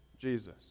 Jesus